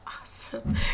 awesome